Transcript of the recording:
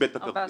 איבד את הכרטיס,